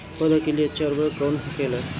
पौधा के लिए अच्छा उर्वरक कउन होखेला?